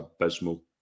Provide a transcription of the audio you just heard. abysmal